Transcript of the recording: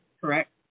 correct